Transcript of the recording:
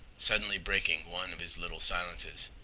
suddenly breaking one of his little silences.